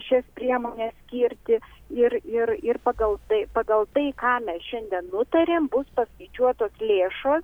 šias priemones skirti ir ir ir pagal tai pagal tai ką mes šiandien nutarėm bus paskaičiuotos lėšos